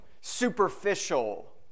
superficial